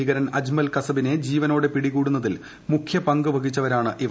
ഭീകരൻ അജ്മൽ കസബിന്റെ ജീവനോടെ പിടികൂടുന്നതിൽ മുഖ്യപങ്ക് വഹിച്ചവരാണ് ഇവർ